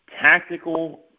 Tactical